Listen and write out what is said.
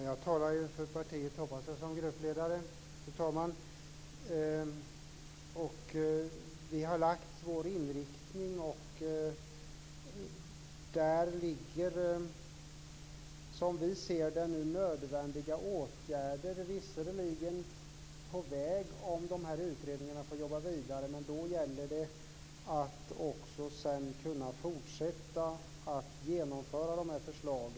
Fru talman! Jag hoppas att jag talar för partiet som gruppledare. Vi har lagt fram vår inriktning. Och där ligger, som vi ser det, nödvändiga åtgärder. De är visserligen på väg, om de här utredningarna får jobba vidare, men det gäller att man sedan också kan fortsätta att genomföra dessa förslag.